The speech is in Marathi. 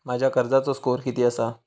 माझ्या कर्जाचो स्कोअर किती आसा?